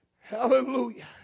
Hallelujah